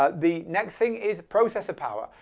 ah the next thing is processor power.